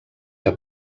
que